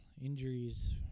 Injuries